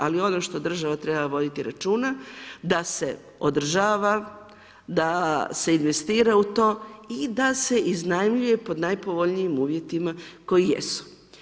Ali ono što država treba voditi računa da se održava, da se investira u to i da se iznajmljuje pod najpovoljnijim uvjetima koji jesu.